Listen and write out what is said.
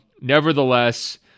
Nevertheless